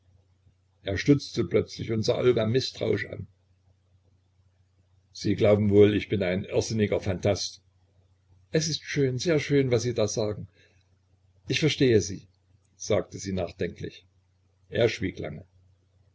er stutzte plötzlich und sah olga mißtrauisch an sie glauben wohl ich bin ein irrsinniger phantast es ist schön sehr schön was sie da sagten ich verstehe sie sagte sie nachdenklich er schwieg lange